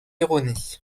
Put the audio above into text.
erronée